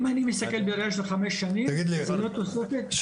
אם אני מסתכל בראייה של חמש שנים, זו לא תוספת.